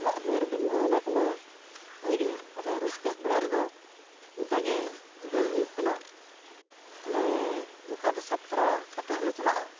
ᱚᱲᱟᱜᱼᱫᱩᱣᱟᱹᱨ ᱵᱟᱹᱱᱩᱜᱼᱟ ᱚᱱᱟ ᱠᱚᱢᱟ ᱦᱳᱭ ᱜᱮ ᱟᱫᱚ ᱨᱟᱹᱥᱠᱟᱹᱜ ᱵᱮᱲᱟ ᱨᱮᱫᱚ ᱚᱱᱠᱟ ᱜᱮ ᱡᱳᱜᱟᱲ ᱦᱩᱭᱩᱜ ᱠᱟᱱᱟ ᱟᱞᱮ ᱡᱚᱠᱷᱟ ᱫᱚ ᱥᱟᱵ ᱛᱟᱨᱟ ᱠᱟᱛᱮᱫ ᱦᱚᱸᱞᱮ ᱪᱟᱞᱟᱜᱼᱟ